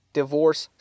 divorce